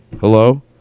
Hello